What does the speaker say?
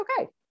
okay